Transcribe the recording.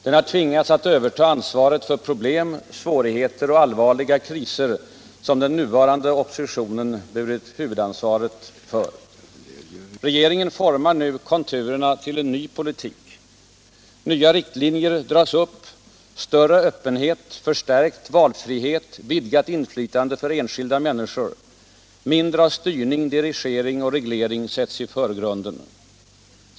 Den har tvingats att överta ansvaret för problem, svårigheter och allvarliga kriser som den nuvarande oppositionen burit huvudansvaret för. Regeringen formar konturerna till en ny politik. Nya riktlinjer dras upp. Större öppenhet, förstärkt valfrihet, vidgat inflytande för enskilda människor, mindre av styrning, dirigering och reglering sätts i förgrunden.